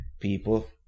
people